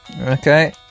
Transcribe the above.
Okay